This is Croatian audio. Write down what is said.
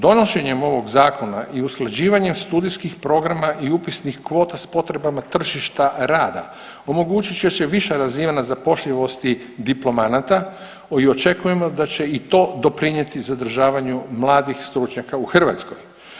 Donošenjem ovog zakona i usklađivanjem studijskih programa i upisnih kvota s potrebama tržišta rada omogućit će se viša razina na zapošljivosti diplomanata i očekujemo da će i to doprinjeti zadržavanju mladih stručnjaka u Hrvatskoj.